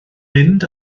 mynd